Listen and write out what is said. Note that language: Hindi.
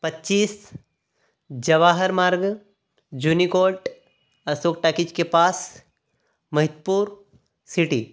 पच्चीस जवाहर मार्ग जूनीकोट अशोक टाकीज के पास महिपुर सिटी